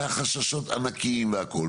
והחששות ענקיים והכל,